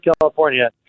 California